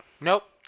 Nope